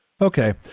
Okay